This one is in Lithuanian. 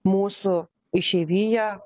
mūsų išeivija